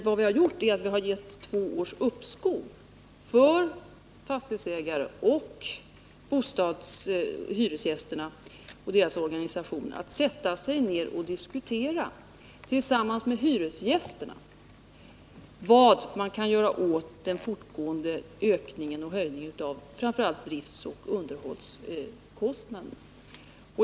Vad vi har gjort är att vi har gett två års uppskov till fastighetsägare för att de tillsammans med hyresgäster och deras organisationer skall kunna sätta sig ner och diskutera vad som kan göras åt den fortgående höjningen av framför allt driftsoch underhållskostnaderna.